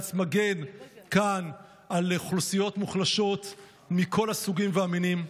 בג"ץ מגן כאן על אוכלוסיות מוחלשות מכל הסוגים והמינים.